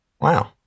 Wow